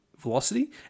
velocity